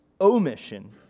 omission